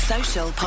Social